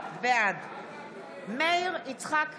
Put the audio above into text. בעד מאיר יצחק הלוי,